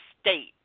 state